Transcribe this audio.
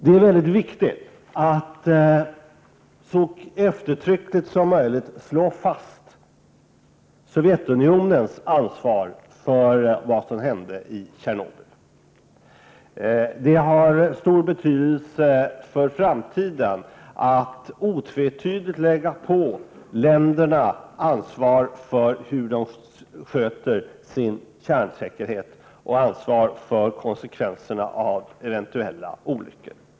Det är mycket viktigt att så eftertryckligt som möjligt slå fast Sovjetunionens ansvar för vad som hände i Tjernobyl. Det har stor betydelse för framtiden att man otvetydigt lägger på länderna ansvaret för kärnkraftssäkerheten och för konsekvenserna av eventuella olyckor.